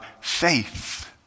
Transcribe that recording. faith